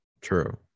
True